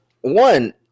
one